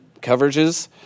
coverages